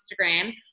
Instagram